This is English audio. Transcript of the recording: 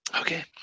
Okay